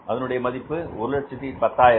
அதனுடைய மதிப்பு 110000